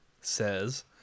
says